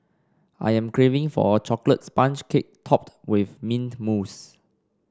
I am craving for a chocolate sponge cake topped with mint mousse